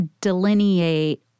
delineate